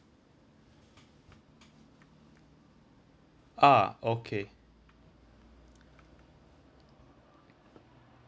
ah okay